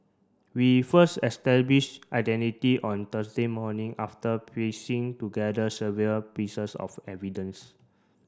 we first established identity on Thursday morning after piecing together severe pieces of evidence